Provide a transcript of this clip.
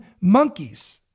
monkeys